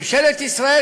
ממשלת ישראל,